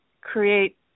create